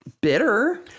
bitter